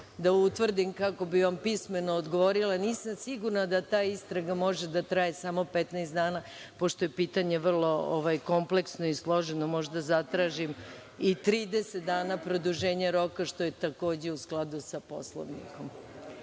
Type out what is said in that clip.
da utvrdim, kako bi vam pismeno odgovorila, jer nisam sigurna da ta istraga može da traje samo 15 dana, pošto je pitanje vrlo kompleksno i složeno. Možda zatražim i 30 dana produženje roka, što je takođe u skladu sa Poslovnikom.